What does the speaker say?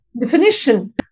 definition